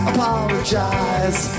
Apologize